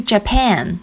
Japan